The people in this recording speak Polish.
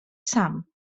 sam